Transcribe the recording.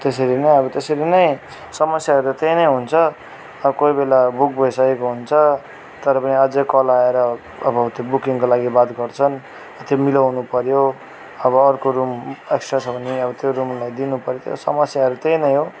त्यसरी नै अब त्यसरी नै समस्याहरू त्यही नै हुन्छ अब कोही बेला बुक भइसकेको हुन्छ तर पनि अझै कल आएर अब त्यो बुकिङको लागि बात गर्छन् त्यो मिलाउनु पऱ्यो अब अर्को रूम एक्सट्रा छ भने अब त्यो रूमलाई दिनु पऱ्यो त्यो समस्याहरू त्यही नै हो